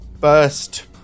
first